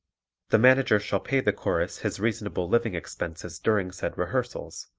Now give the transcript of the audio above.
the manager shall pay the chorus his reasonable living expenses during said rehearsals,